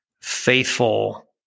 faithful